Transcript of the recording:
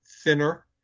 thinner